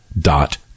dot